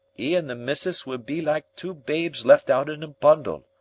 e and the missus would be like two babes left out in a bundle.